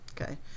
Okay